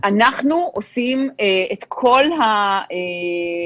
אנחנו עושים את כל המאמצים